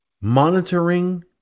monitoring